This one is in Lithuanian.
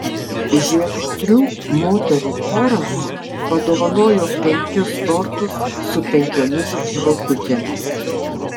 žiegždrių moterų choras padovanojo penkis tortus su penkiomis žvakutėmis